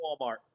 Walmart